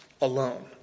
alone